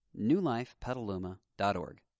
newlifepetaluma.org